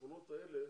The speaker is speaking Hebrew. בשכונות האלה